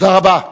תודה רבה.